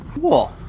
Cool